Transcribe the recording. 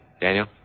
Daniel